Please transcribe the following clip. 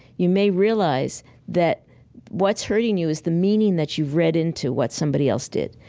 you may realize that what's hurting you is the meaning that you've read into what somebody else did.